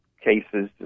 cases